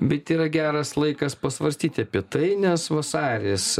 bet yra geras laikas pasvarstyti apie tai nes vasaris